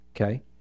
Okay